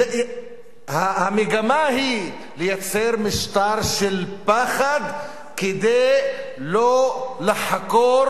המגמה היא לייצר משטר של פחד כדי לא לחקור